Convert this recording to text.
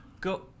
Go